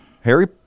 Harry